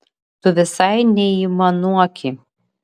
tu visai neaimanuoki